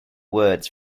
words